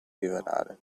rivelare